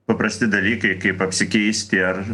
paprasti dalykai kaip apsikeisti ar